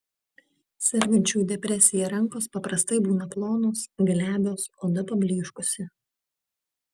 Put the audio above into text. sergančiųjų depresija rankos paprastai būna plonos glebios oda pablyškusi